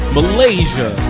Malaysia